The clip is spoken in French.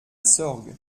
sorgues